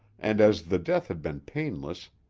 and as the death had been painless,